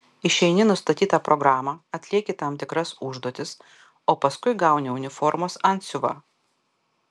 išeini nustatytą programą atlieki tam tikras užduotis o paskui gauni uniformos antsiuvą